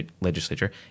legislature